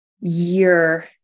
year